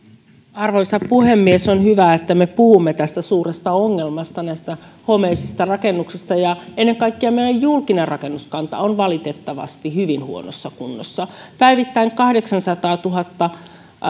arvoisa puhemies on hyvä että me puhumme tästä suuresta ongelmasta näistä homeisista rakennuksista ennen kaikkea meidän julkinen rakennuskantamme on valitettavasti hyvin huonossa kunnossa päivittäin kahdeksansataatuhatta